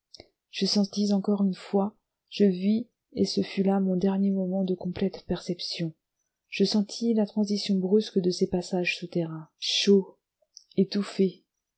je sentis encore une fois je vis et ce fut là mon dernier moment de complète perception je sentis la transition brusque de ces passages souterrains chauds étouffés